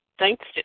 Thanks